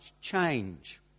change